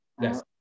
Yes